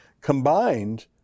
combined